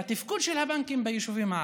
לתפקוד של הבנקים ביישובים הערביים.